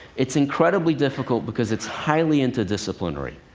it's incredibly difficult because it's highly inter-disciplinary.